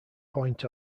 point